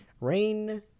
rain